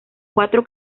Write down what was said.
cuatro